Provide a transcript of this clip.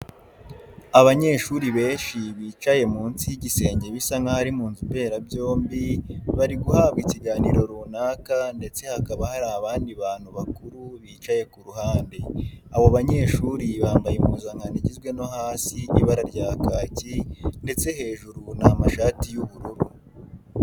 Abanyeshuri benshi bicaye munsi y'igisenge bisa nk'aho ari mu nzu mberabyombi bari guhabwa ikiganiro runaka ndetse hakaba hari abandi bantu bakuru bicaye ku ruhande. ABo banyeshuri bambaye impuzankano igizwe no hasi ibara rya kaki ndetse hejuru ni amashati y'ubururu.